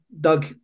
Doug